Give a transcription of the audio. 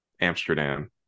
amsterdam